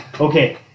okay